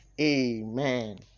amen